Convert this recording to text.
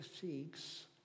seeks